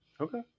Okay